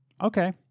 Okay